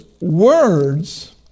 words